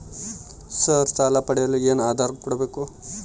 Sir ಸಾಲ ಪಡೆಯಲು ಏನು ಆಧಾರ ಕೋಡಬೇಕು?